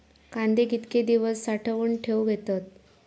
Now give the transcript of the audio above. कांदे कितके दिवस साठऊन ठेवक येतत?